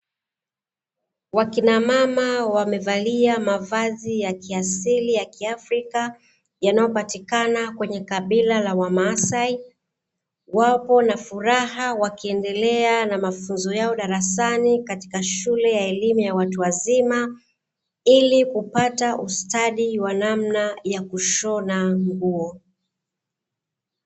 Wakina mama wamevalia mavazi ya kiasili ya kiafrika yanayopatikana kwenye kabila la wamasai, wapo na furaha wakiendelea na mafunzo yao darasani katika shule ya elimu ya watu wazima ili kupata ustadi wa namna ya kushona nguo.